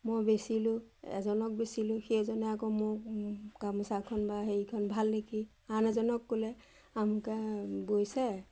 মই বেচিলোঁ এজনক বেচিলোঁ সেই এজনে আকৌ মোক গামোচাখন বা হেৰিখন ভাল দেখি আন এজনক ক'লে আমোকে বৈছে